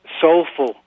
soulful